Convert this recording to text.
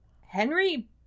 henry